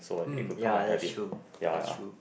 hmm ya that's true that's true